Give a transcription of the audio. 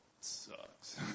sucks